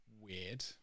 weird